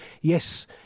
yes